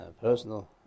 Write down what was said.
personal